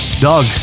Doug